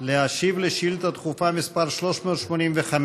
להשיב על שאילתה דחופה מס' 385